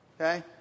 Okay